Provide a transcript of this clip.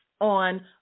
on